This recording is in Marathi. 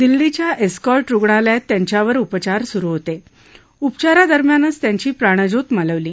दिल्लीच्या एस्कॉर्ट रुग्णालयात त्यांच्यावर उपचार सुरु होते उपचारादरम्यानच त्यांची प्राणज्योत मालवली